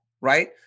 right